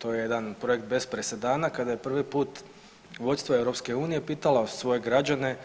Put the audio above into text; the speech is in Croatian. To je jedan projekt bez presedana kada je prvi put vodstvo Europske unije pitalo svoje građane